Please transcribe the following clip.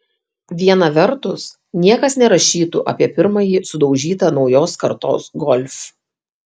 viena vertus niekas nerašytų apie pirmąjį sudaužytą naujos kartos golf